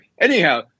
Anyhow